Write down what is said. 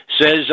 says